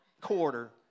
quarter